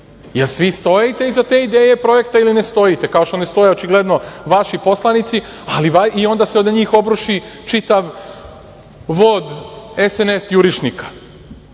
jer svi stojite iza te ideje projekta ili ne stojite, kao što ne stoje očigledno vaši poslanici, ali se onda na njih obruši čitav vod SNS jurišnika,